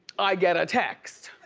i get a text.